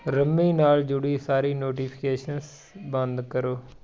ਰੰਮੀ ਨਾਲ ਜੁੜੀ ਸਾਰੀ ਨੋਟੀਫਿਕੇਸ਼ਨਸ ਬੰਦ ਕਰੋ